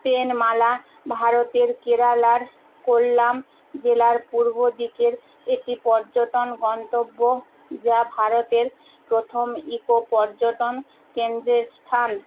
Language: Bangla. তেনমালা ভারতের কেরালার কোল্লাম জেলার পূর্ব দিকের একটি পর্যটন গন্তব্য যা ভারতের প্রথম ইকো পর্যটন কেন্দ্রের স্থান